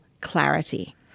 clarity